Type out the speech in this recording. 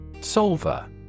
Solver